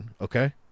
Okay